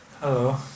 hello